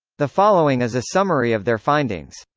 the following is a summary of their findings.